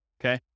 okay